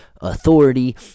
authority